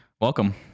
welcome